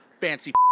fancy